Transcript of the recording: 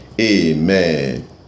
Amen